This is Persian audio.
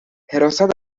حراست